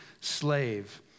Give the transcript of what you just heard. slave